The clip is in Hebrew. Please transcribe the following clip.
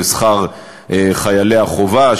של שכר חיילי החובה,